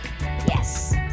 Yes